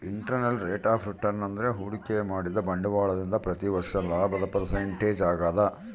internal rate of return ಅಂದ್ರೆ ಹೂಡಿಕೆ ಮಾಡಿದ ಬಂಡವಾಳದಿಂದ ಪ್ರತಿ ವರ್ಷ ಲಾಭದ ಪರ್ಸೆಂಟೇಜ್ ಆಗದ